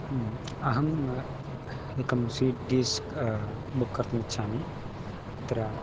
अहम् एकं sweet desk book कर्तुम् इच्छामि अत्र